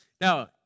now